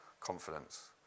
confidence